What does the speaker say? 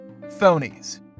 phonies